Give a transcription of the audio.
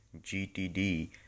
GTD